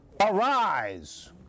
arise